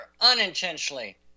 unintentionally